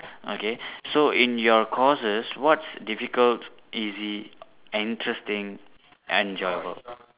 okay so in your courses what's difficult easy interesting enjoyable